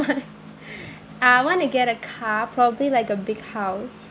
I want to get a car probably like a big house